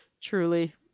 Truly